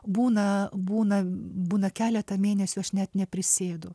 būna būna būna keletą mėnesių aš net neprisėdu